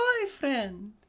boyfriend